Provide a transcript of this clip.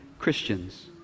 Christians